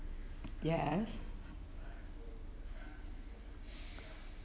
yes